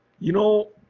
you know,